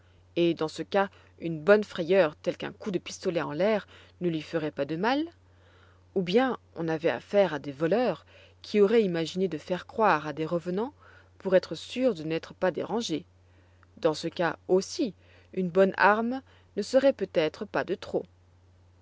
et dans ce cas une bonne frayeur telle qu'un coup de pistolet en l'air ne lui ferait pas de mal ou bien on avait affaire à des voleurs qui auraient imaginé de faire croire à des revenants pour être sûrs de n'être pas dérangés dans ce cas aussi une bonne arme ne serait peut-être pas de trop